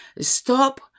Stop